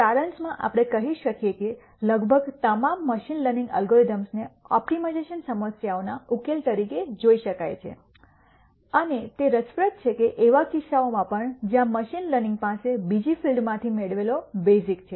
તેથી સારાંશમાં આપણે કહી શકીએ કે લગભગ તમામ મશીન લર્નિંગ એલ્ગોરિધમ્સને ઓપ્ટિમાઇઝેશન સમસ્યાઓના ઉકેલો તરીકે જોઈ શકાય છે અને તે રસપ્રદ છે કે એવા કિસ્સાઓમાં પણ જ્યાં મશીન લર્નિંગ પાસે બીજી ફિલ્ડ માંથી મેળવેલો બેઝિક છે